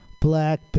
black